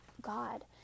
God